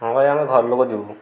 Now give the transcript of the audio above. ହଁ ଭାଇ ଆମେ ଘରଲୋକ ଯିବୁ